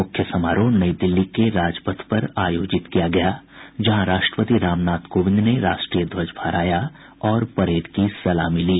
मुख्य समारोह नई दिल्ली के राजपथ पर आयोजित किया गया जहां राष्ट्रपति रामनाथ कोविंद ने राष्ट्रीय ध्वज फहराया और परेड की सलामी ली